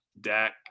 Dak